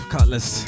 Cutlass